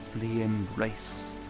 embrace